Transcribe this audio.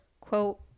quote